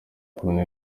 kumi